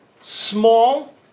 small